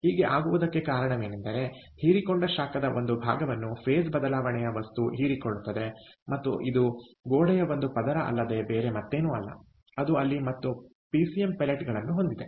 ಹೀಗೆ ಆಗುವುದಕ್ಕೆ ಕಾರಣವೇನೆಂದರೆ ಹೀರಿಕೊಂಡ ಶಾಖದ ಒಂದು ಭಾಗವನ್ನು ಫೇಸ್ ಬದಲಾವಣೆಯ ವಸ್ತು ಹೀರಿಕೊಳ್ಳುತ್ತದೆ ಮತ್ತು ಇದು ಗೋಡೆಯ ಒಂದು ಪದರ ಅಲ್ಲದೆ ಬೇರೆ ಮತ್ತೇನು ಅಲ್ಲ ಅದು ಅಲ್ಲಿ ಸೆಲ್ಯುಲೋಸ್ ಮತ್ತು ಪಿಸಿಎಂ ಪೆಲೆಟ್ ಗಳನ್ನು ಹೊಂದಿದೆ